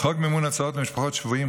מימון הוצאות למשפחות שבויים,